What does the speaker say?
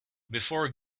before